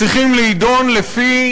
צריכים להידון לפי